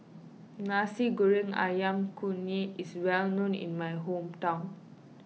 Nasi Goreng Ayam Kunyit is well known in my hometown